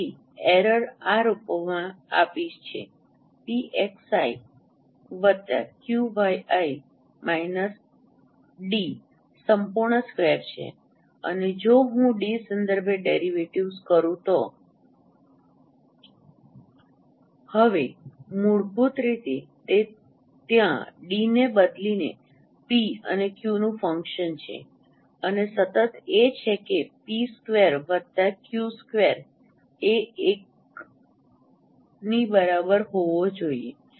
તેથી એરર આ રૂપમાં આપી છે 𝑝𝑥𝑖 𝑞𝑦𝑖 − 𝑑 સંપૂર્ણ સ્ક્વેર છે અને જો હું ડી સંદર્ભે ડેરિવેટિવ્ઝ કરું તો હવે મૂળભૂત રીતે તે ત્યાં ડી ને બદલીને પી અને ક્યૂનું ફંક્શન છે અને સતત એ છે કે પી સ્ક્વેર વત્તા ક્યુ સ્ક્વેર એ એકની બરાબર હોવો જોઈએ